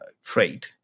freight